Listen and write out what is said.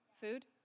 Food